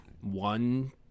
one